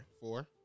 Four